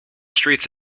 streets